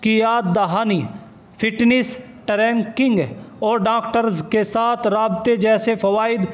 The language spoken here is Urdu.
کی یاد دہانی فٹنیس ٹرینکنگ اور ڈاکٹرز کے ساتھ رابطے جیسے فوائد